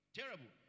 terrible